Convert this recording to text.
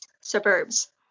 suburbs